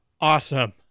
Awesome